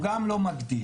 הוא גם לא מגדיל.